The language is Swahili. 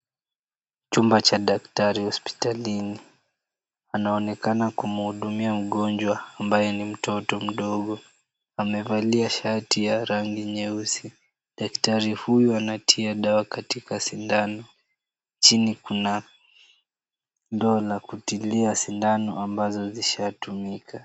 Chumba cha daktari hospitalini. Anaonekana kumhudumia mgonjwa ambaye ni mtoto mdogo. Amevalia shati ya rangi nyeusi. Daktari huyu anatia dawa katika sindano. Chini kuna ndoo la kutilia sindano ambazo zishatumika.